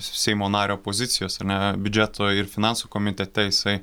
seimo nario pozicijos ar ne biudžeto ir finansų komitete jisai